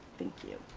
thank you.